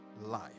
life